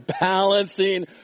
balancing